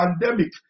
pandemic